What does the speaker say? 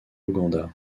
ouganda